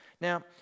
Now